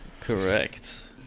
Correct